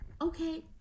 Okay